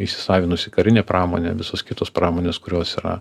įsisavinusi karinė pramonė visos kitos pramonės kurios yra